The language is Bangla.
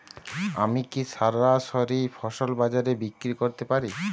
আমি কি সরাসরি ফসল বাজারে বিক্রি করতে পারি?